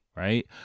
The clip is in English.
right